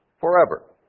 forever